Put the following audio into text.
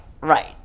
right